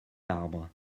arbres